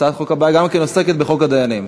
הצעת החוק הבאה גם היא עוסקת בחוק הדיינים.